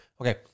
Okay